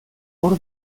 hor